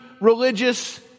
religious